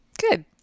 Good